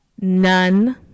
none